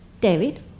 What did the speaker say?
David